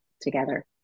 together